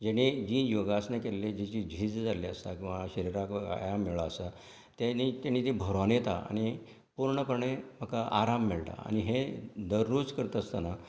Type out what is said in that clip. जेणी जी योगासनां केल्ली जी जी झीज जाल्ली आसा किंवां शरिराक आराम मेळ्ळो आसा तेणी तेणी ती भरोन येता आनी पुर्णपणे म्हाका आराम मेळटा आनी हे दररोज करता आसतना